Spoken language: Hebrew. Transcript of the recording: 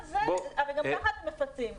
גם כך הם מפצים,